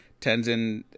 Tenzin